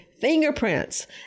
fingerprints